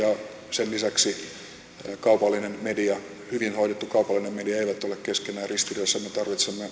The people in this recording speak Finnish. sen lisäksi kaupallinen media hyvin hoidettu kaupallinen media eivät ole keskenään ristiriidassa me